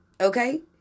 okay